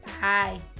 bye